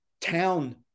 town